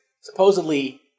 supposedly